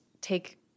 take